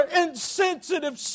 insensitive